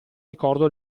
ricordo